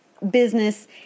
business